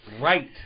Right